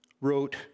wrote